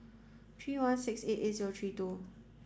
three one six eight eight zero three two